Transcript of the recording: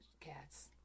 cats